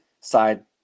side